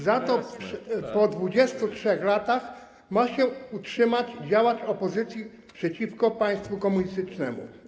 Za to po 23 latach ma się utrzymać działacz opozycji przeciwko państwu komunistycznemu.